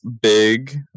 big